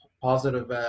positive